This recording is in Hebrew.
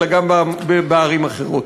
אלא גם בערים אחרות.